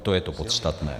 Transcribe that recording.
To je to podstatné.